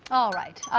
all right.